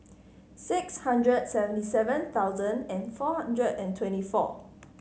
six hundred seventy seven thousand and four hundred and twenty four